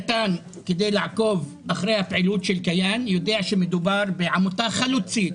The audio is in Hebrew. קטן כדי לעקוב אחרי פעילות העמותה יודע שמדובר בעמותה חלוצית,